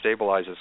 stabilizes